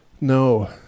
No